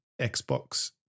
Xbox